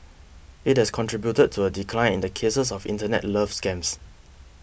it has contributed to a decline in the cases of internet love scams